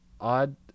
Odd